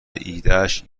ایدهاش